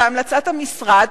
בהמלצת המשרד,